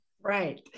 Right